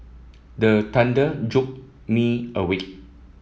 the thunder jolt me awake